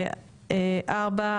ארבע,